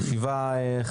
זוהי ישיבה חגיגית,